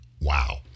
Wow